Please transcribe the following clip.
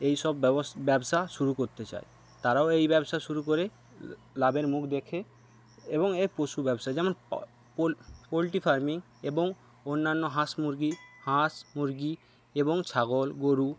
এইসব ব্যাবস ব্যবসা শুরু করতে চায় তারাও এই ব্যবসা শুরু করে লাভের মুখ দেখে এবং এই পশু ব্যবসা যেমন পোল পোলট্রি ফারমিং এবং অন্যান্য হাঁস মুরগি হাঁস মুরগি এবং ছাগল গরু